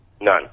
None